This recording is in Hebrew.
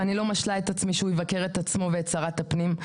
אני לא משלה את עצמי שהוא יבקר את עצמו ואת שרת הפנים.